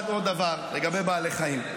עוד דבר, לגבי בעלי חיים.